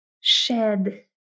shed